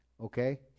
Okay